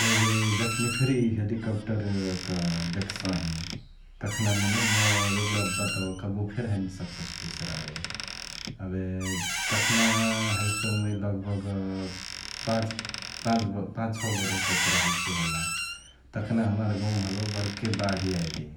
एबे जखनी फेरी हेलिकप्टरक देखसहिं तखना मने मुइ एगुडा बतवा कबहु फेरी हैने सक्ससु बिसरावे । एबे तखना हल्सु मुइ लगभग पाँच ...पांच छौ बरस जतुरा हौसु होला, तखना हमार गौंवामा हलउ बड्के बाढी याइलि,